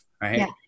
right